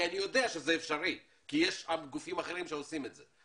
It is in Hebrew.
כי אני יודע שזה אפשרי כי יש גופים אחרים שעושים את זה.